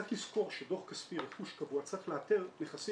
צריך לזכור שדוח כספי, רכוש קבוע, צריך לאתר נכסים